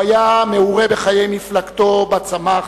הוא היה מעורה בחיי מפלגתו, שבה צמח,